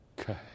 okay